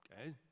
Okay